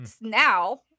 Now